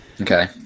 okay